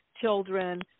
children